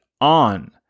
on